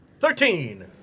Thirteen